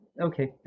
Okay